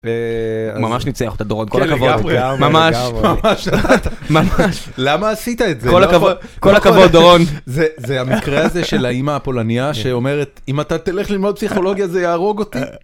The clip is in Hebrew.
ממש ניצח את הדורות, כל הכבוד, ממש, ממש, ממש. למה עשית את זה? כל הכבוד, כל הכבוד, דורון. זה, זה המקרה הזה של האמא הפולניה שאומרת, אם אתה תלך ללמוד פסיכולוגיה זה יהרוג אותי?